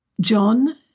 John